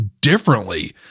differently